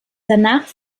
danach